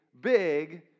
big